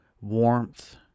warmth